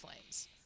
Flames